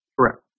Correct